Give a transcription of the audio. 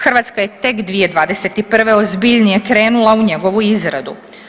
Hrvatska je tek 2021. ozbiljnije krenula u njegovu izradu.